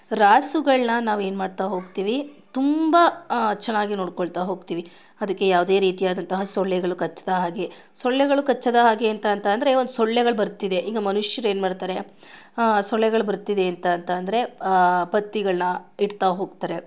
ರಾಸುಗಳನ್ನ ನಾವು ಏನು ಮಾಡ್ತಾ ಹೋಗ್ತೀವಿ ತುಂಬ ಚೆನ್ನಾಗಿ ನೋಡ್ಕೊಳ್ತಾ ಹೋಗ್ತೀವಿ ಅದಕ್ಕೆ ಯಾವುದೇ ರೀತಿಯಾದಂತಹ ಸೊಳ್ಳೆಗಳು ಕಚ್ಚದ ಹಾಗೆ ಸೊಳ್ಳೆಗಳು ಕಚ್ಚದ ಹಾಗೆ ಅಂತಂದ್ರೆ ಒಂದು ಸೊಳ್ಳೆಗಳು ಬರ್ತಿದೆ ಈಗ ಮನುಷ್ಯರು ಏನು ಮಾಡ್ತಾರೆ ಸೊಳ್ಳೆಗಳು ಬರ್ತಿದೆ ಅಂತಂದ್ರೆ ಬತ್ತಿಗಳನ್ನ ಇಡ್ತಾ ಹೋಗ್ತಾರೆ